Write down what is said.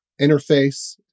interface